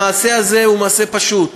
המעשה הזה הוא מעשה פשוט.